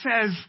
says